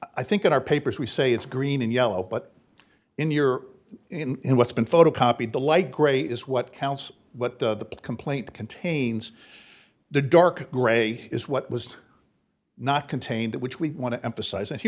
i think that our papers we say it's green and yellow but in your in in what's been photocopied the light gray is what counts what the complaint contains the dark gray is what was not contained that which we want to emphasize